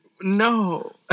No